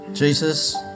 Jesus